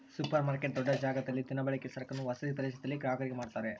super market ದೊಡ್ಡ ಜಾಗದಲ್ಲಿ ದಿನಬಳಕೆಯ ಸರಕನ್ನು ವಸತಿ ಪ್ರದೇಶದಲ್ಲಿ ಗ್ರಾಹಕರಿಗೆ ಮಾರುತ್ತಾರೆ